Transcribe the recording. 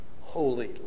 holy